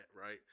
right